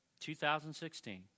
2016